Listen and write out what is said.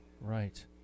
right